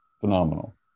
Phenomenal